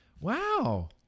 wow